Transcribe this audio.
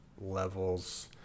levels